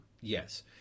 Yes